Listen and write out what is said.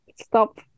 Stop